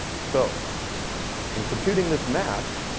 so in computing this mask,